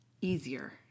easier